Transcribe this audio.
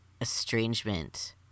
estrangement